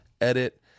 edit